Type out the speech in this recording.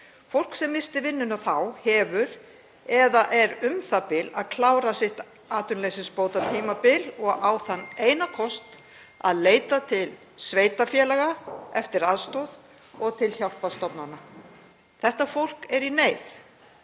Fólk sem missti vinnuna þá hefur klárað eða er u.þ.b. að klára sitt atvinnuleysisbótatímabil og á þann eina kost að leita til sveitarfélaga eftir aðstoð og til hjálparstofnana. Þetta fólk er í neyð.